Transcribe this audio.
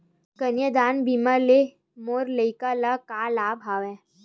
कन्यादान बीमा ले मोर लइका ल का लाभ हवय?